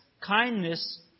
kindness